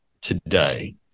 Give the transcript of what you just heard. today